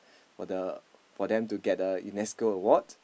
for the for them to get the U_N_E_S_C_O award